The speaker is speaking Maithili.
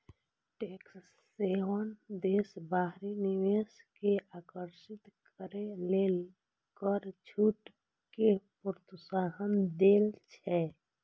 टैक्स हेवन देश बाहरी निवेश कें आकर्षित करै लेल कर छूट कें प्रोत्साहन दै छै